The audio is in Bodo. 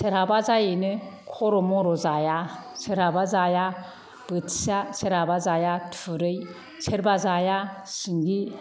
सोरहाबा जायोनो खर' मर' जाया सोरहाबा जाया बोथिया सोरहाबा जाया थुरि सोरबा जाया सिंगि